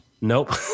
Nope